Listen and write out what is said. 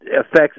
affects